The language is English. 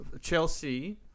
chelsea